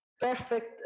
perfect